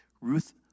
Ruth